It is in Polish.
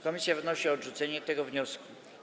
Komisja wnosi o odrzucenie tego wniosku.